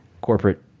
corporate